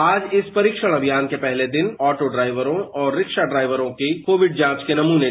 आज इस परीक्षण अभियान के पहले दिन ऑटो ड्राइवरों और रिक्शा ड्राइवरों के कोविड जांच के नमूने लिए